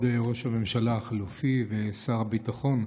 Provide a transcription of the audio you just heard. כבוד ראש הממשלה החלופי ושר הביטחון,